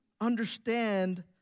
understand